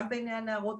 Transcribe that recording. גם בעיני הנערות,